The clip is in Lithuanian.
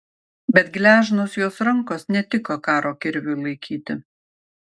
bet gležnos jos rankos netiko karo kirviui laikyti